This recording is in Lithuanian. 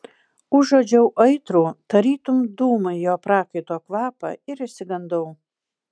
užuodžiau aitrų tarytum dūmai jo prakaito kvapą ir išsigandau